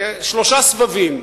שלושה סבבים,